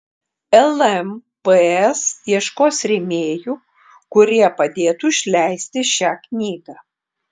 lmps ieškos rėmėjų kurie padėtų išleisti šią knygą